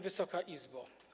Wysoka Izbo!